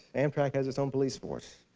amtrak has its own police force.